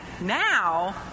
now